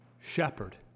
shepherd